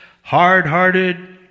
hard-hearted